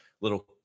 little